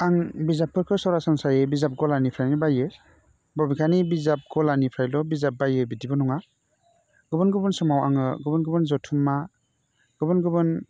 आं बिजाबफोरखौ सरासनस्रायै बिजाब गलानिफ्रायनो बाइ यो बबेखानि बिजाब गलानिफ्रायल' बिजाब बायो बिदिबो नङा गुबुन गुबुन समाव आङो गुबुन गुबुन जथुम्मा गुबुन गुबुन